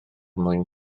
mwyn